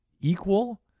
equal